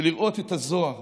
ולראות את הזוהר